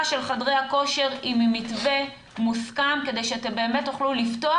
של חדרי הכושר עם מתווה מוסכם כדי שאתם באמת תוכלו לפתוח